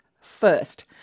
first